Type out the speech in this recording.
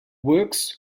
works